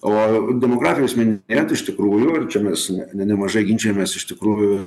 o demografijos neminėjot iš tikrųjų ir čia mes ne ne nemažai ginčijamės iš tikrųjų